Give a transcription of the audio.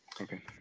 Okay